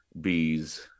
bees